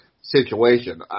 situation